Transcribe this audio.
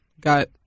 got